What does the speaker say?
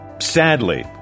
Sadly